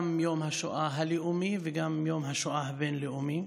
גם יום השואה הלאומי וגם יום השואה הבין-לאומי,